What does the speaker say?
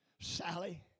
Sally